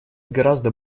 гораздо